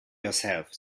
yourself